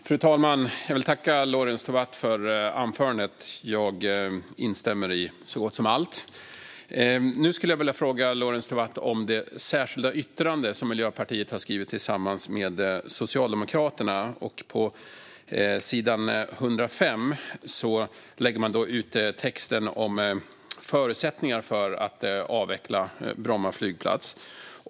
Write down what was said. Fru talman! Jag vill tacka Lorentz Tovatt för anförandet. Jag instämmer i så gott som allt. Nu skulle jag vilja fråga Lorentz Tovatt om det särskilda yttrande som Miljöpartiet har skrivit tillsammans med Socialdemokraterna. På sidan 105 lägger man ut texten om förutsättningarna för att avveckla Bromma flygplats.